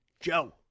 Joe